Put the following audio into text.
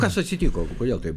kas atsitiko kodėl taip